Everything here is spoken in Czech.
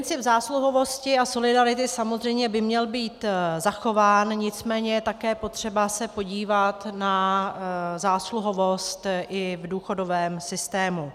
Princip zásluhovosti a solidarity samozřejmě by měl být zachován, nicméně je také potřeba se podívat na zásluhovost i v důchodovém systému.